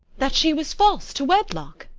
that she was false to wedlock?